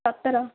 ସତର